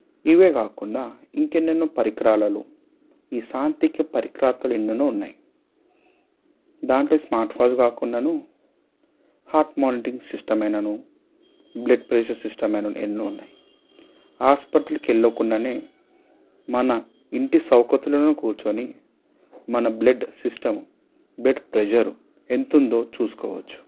ఇవే కాకుండా ఇంకా ఎన్నెన్నో పరికరాలలు ఈ సాంతిక పరికరాతలు ఎన్నెన్నో ఉన్నాయి దాంట్లో స్మార్ట్ వాచ్ కాకుండను హార్ట్ మానిటరింగ్ సిస్టం అయినను బ్లడ్ ప్రెషర్ సిస్టం అయినను ఎన్నో ఉన్నాయి హాస్పటల్కి వెళ్లకుండానే మన ఇంటి సౌకతలను కూర్చుని మన బ్లడ్ సిస్టం బ్లడ్ ప్రెషర్ ఎంతుందో చూసుకోవచ్చు